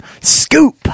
Scoop